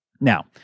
Now